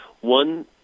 One